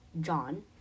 John